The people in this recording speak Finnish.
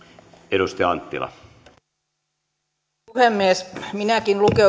arvoisa puhemies minäkin lukeudun